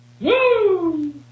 Woo